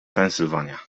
pennsylvania